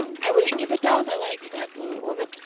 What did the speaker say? i wouldn't give a dog i liked to that blewett woman,